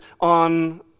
on